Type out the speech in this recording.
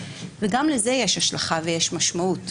וגם לזה יש השלכה ומשמעות.